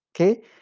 okay